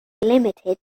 limited